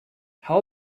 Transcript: how